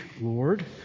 Lord